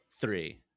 Three